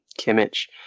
Kimmich